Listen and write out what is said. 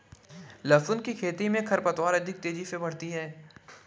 लहसुन की खेती मे खरपतवार अधिक तेजी से बढ़ती है